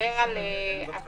לדבר על הקלות